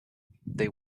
they